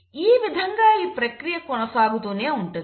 ఈ విధంగా ఈ ప్రక్రియ కొనసాగుతూ ఉంటుంది